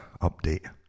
update